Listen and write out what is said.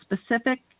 specific